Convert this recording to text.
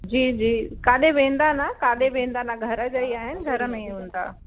जी जी काॾे वेंदा न काॾे वेंदा न घर जा ई आहिनि घर में ई हूंदा